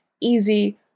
easy